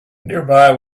nearby